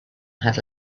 had